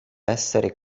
essere